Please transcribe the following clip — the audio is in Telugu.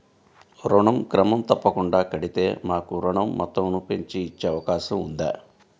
ఋణం క్రమం తప్పకుండా కడితే మాకు ఋణం మొత్తంను పెంచి ఇచ్చే అవకాశం ఉందా?